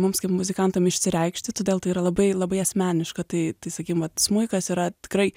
mums kaip muzikantam išsireikšti todėl tai yra labai labai asmeniška tai tai sakim vat smuikas yra tikrai